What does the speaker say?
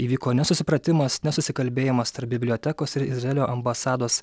įvyko nesusipratimas nesusikalbėjimas tarp bibliotekos ir izraelio ambasados